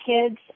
kids